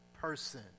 person